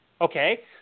Okay